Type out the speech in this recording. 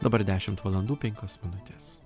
dabar dešimt valandų penkios minutės